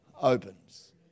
opens